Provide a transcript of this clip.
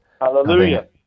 hallelujah